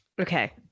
Okay